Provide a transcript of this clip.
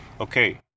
Okay